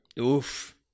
Oof